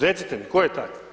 Recite mi tko je taj?